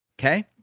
okay